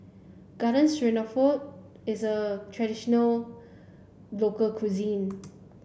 Garden Stroganoff is a traditional local cuisine